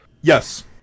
Yes